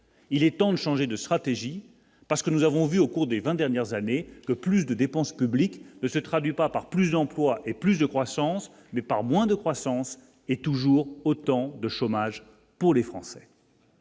il est temps de changer de stratégie, parce que nous avons vu au cours des 20 dernières années, plus de dépenses publiques ne se traduit pas par plus employes et plus de croissance, mais par moins de croissance et toujours autant de chômage pour les Français.